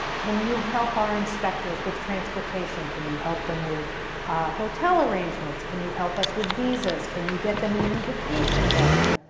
can you help our inspectors with transportation. can you help them with hotel arrangements, can you help us with visas can you get them an invitation letter.